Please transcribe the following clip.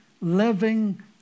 living